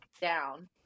down